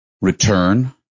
Return